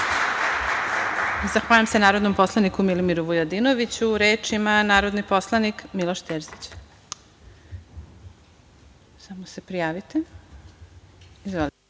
Zahvaljujem se narodnom poslaniku Milimiru Vujadinoviću. Reč ima narodni poslanik Miloš